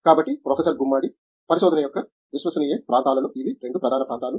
కాబట్టి ప్రొఫెసర్ గుమ్మడి పరిశోధన యొక్క విశ్వసనీయ ప్రాంతాలలో ఇవి 2 ప్రధాన ప్రాంతాలు